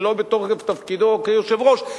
שלא בתוקף תפקידו כיושב-ראש,